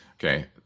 Okay